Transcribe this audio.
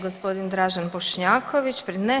Gospodin Dražen Bošnjaković?